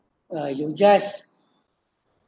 uh you just